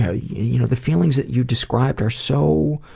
ah you know, the feelings that you described are so,